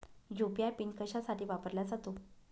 UPI PIN कशासाठी वापरला जातो?